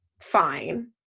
fine